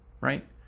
right